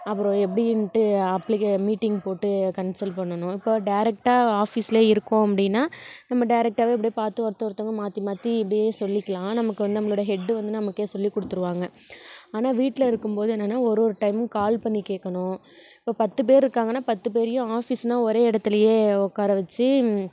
அப்பறம் எப்படின்ட்டு அப்ளிகே மீட்டிங் போட்டு கன்சல் பண்ணனும் இப்போ டேரெக்டாக ஆஃபீஸ்லேயே இருக்கோம் அப்படின்னா நம்ம டேரெக்டாகவே அப்டேயே பார்த்து ஒருத்தரை ஒருத்தவங்க மாற்றி மாற்றி இப்படியே சொல்லிக்கலாம் நமக்கு வந் நம்மளோடய ஹெட்டு வந்து நமக்கே சொல்லி கொடுத்துருவாங்க ஆனால் வீட்டில் இருக்கும்போது என்னென்னா ஒரு ஒரு டைமும் கால் பண்ணி கேட்கணும் இப்போது பத்து பேர் இருக்காங்கன்னால் பத்து பேரையும் ஆஃபீஸ்னால் ஒரே எடத்துலேயே உக்கார வெச்சு